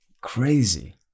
Crazy